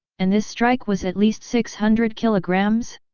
and this strike was at least six hundred kilograms?